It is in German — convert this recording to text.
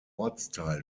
ortsteil